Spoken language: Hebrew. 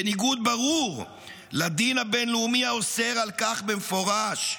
בניגוד ברור לדין הבין-לאומי האוסר זאת במפורש.